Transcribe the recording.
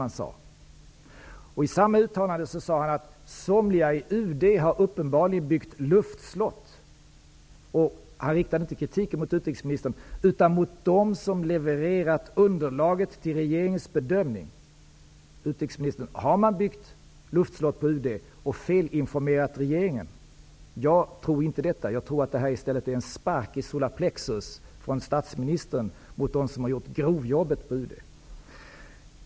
I samma uttalande sade han att somliga i UD uppenbarligen har byggt luftslott. Han riktade inte kritiken mot utrikesministern, utan mot dem som levererat underlaget till regeringens bedömning. Har man byggt luftslott på UD, utrikesministern, och felinformerat regeringen? Jag tror inte det. Jag tror att det i stället är en spark i solar plexus från statsministern mot dem som har gjort grovjobbet på UD.